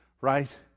Right